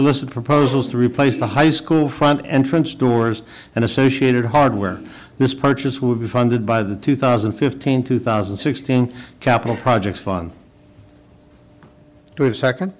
solicitor proposals to replace the high school front entrance doors and associated hardware this purchase would be funded by the two thousand and fifteen two thousand and sixteen capital projects fund two second